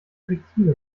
effektive